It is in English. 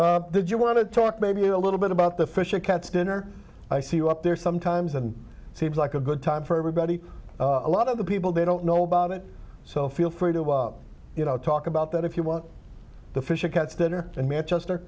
all did you want to talk maybe a little bit about the fisher cats dinner i see you up there sometimes and it seems like a good time for everybody a lot of the people they don't know about it so feel free to well you know talk about that if you want the fisher cats dinner in manchester